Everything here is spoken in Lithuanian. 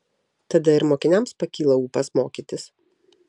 tada ir mokiniams pakyla ūpas mokytis